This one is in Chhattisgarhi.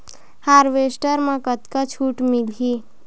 हारवेस्टर म कतका छूट मिलही?